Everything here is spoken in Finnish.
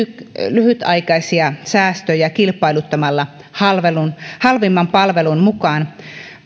lyhytaikaisia säästöjä kilpailuttamalla halvimman palvelun mukaan